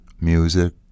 music